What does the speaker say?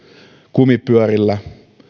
kumipyörillä